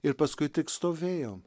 ir paskui tik stovėjom